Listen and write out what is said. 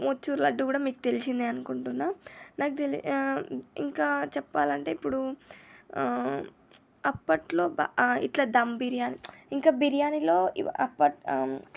మొతిచూర్ లడ్డు కూడా మీకు తెలిసిందే అనుకుంటున్నా నాకు తెలి ఇంకా చెప్పాలంటే ఇప్పుడు అప్పట్లో బ ఇట్లా ధమ్ బిర్యానీ ఇంకా బిర్యానీలో ఇవి అప్పట్